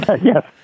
Yes